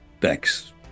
Thanks